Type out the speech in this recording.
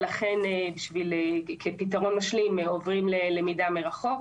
ולכן כפתרון משלים עוברים ללמידה מרחוק.